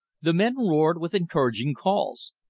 the men roared, with encouraging calls.